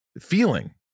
feeling